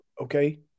okay